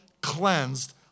cleansed